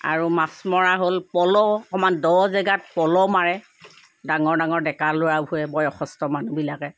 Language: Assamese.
আৰু মাছ মৰা হ'ল পল আকণমান দ' জেগাত পল মাৰে ডাঙৰ ডাঙৰ ডেকা ল'ৰাবোৰে বয়সস্ত মানুহবিলাকে